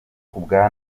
kubwa